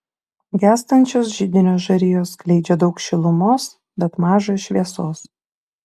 gęstančios židinio žarijos skleidžia daug šilumos bet maža šviesos